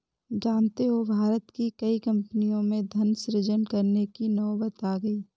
जानते हो भारत की कई कम्पनियों में धन सृजन करने की नौबत आ गई है